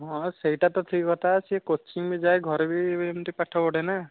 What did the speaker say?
ହଁ ସେଇଟା ତ ଠିକ୍ କଥା ସେ କୋଚିଂ ବି ଯାଏ ଘରେ ବି ଏମିତି ପାଠ ପଢ଼େ ନା